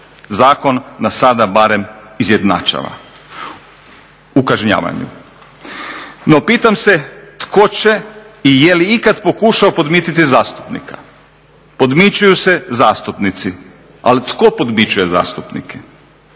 Zakon nas sada barem izjednačava u kažnjavanju. No pitam se tko će i je li ikad pokušao podmititi zastupnika? Podmićuju se zastupnici, ali tko podmićuje zastupnike?